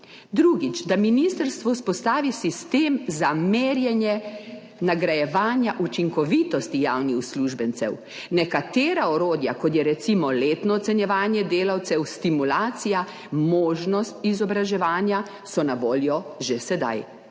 Drugič, da ministrstvo vzpostavi sistem za merjenje nagrajevanja učinkovitosti javnih uslužbencev. Nekatera orodja, kot je, recimo, letno ocenjevanje delavcev, stimulacija, možnost izobraževanja, so na voljo že sedaj,